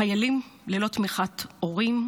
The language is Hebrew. חיילים ללא תמיכת הורים,